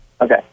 Okay